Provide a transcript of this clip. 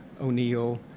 O'Neill